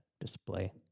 display